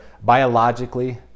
biologically